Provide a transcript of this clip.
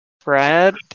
Fred